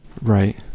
right